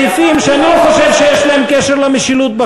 בחוק הזה סעיפים שאני לא חושב שיש להם קשר למשילות.